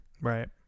right